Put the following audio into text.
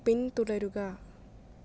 പിന്തുടരുക